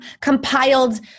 compiled